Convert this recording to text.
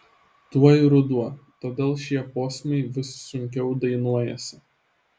tuoj ruduo todėl šie posmai vis sunkiau dainuojasi